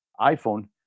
iPhone